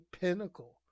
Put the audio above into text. pinnacle